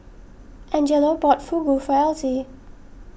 Angelo bought Fugu for Elsie